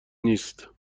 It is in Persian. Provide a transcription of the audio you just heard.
نیست